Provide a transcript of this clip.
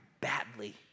badly